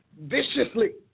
viciously